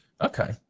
Okay